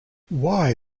why